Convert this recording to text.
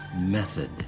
method